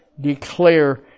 declare